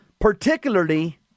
particularly